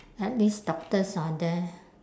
at least doctors are there